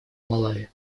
малави